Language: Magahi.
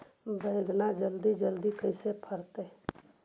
बैगन जल्दी जल्दी कैसे बढ़तै?